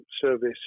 service